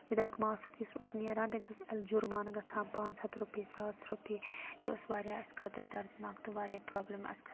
with out mask یُس اوس نیران تٔمِس اوس جُرمانہٕ گَژھان پانٛژھ ہَتھ رۄپیہِ ساس رۄپیہِ یہِ اوس واریاہ اَسہ خٲطرٕ دَردناک تہٕ واریاہ پرٛابلِم اَسہِ خٲطرٕ